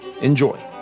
Enjoy